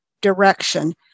direction